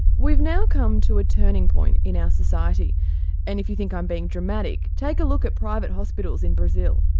we've now come to a turning point in our ah society and if you think i'm being dramatic take a look at private hospitals in brazil,